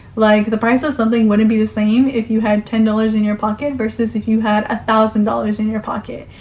like, the price of something wouldn't be the same if you had ten dollars in your pocket versus if you had a thousand dollars in your pocket,